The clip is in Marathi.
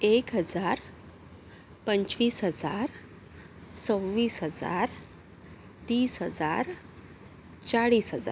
एक हजार पंचवीस हजार सव्वीस हजार तीस हजार चाळीस हजार